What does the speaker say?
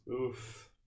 Oof